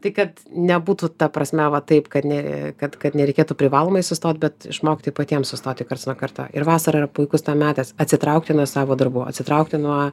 tai kad nebūtų ta prasme va taip kad ne kad kad nereikėtų privalomai sustot bet išmokti patiems sustoti karts nuo karto ir vasara puikus metas atsitraukti nuo savo darbų atsitraukti nuo